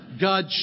God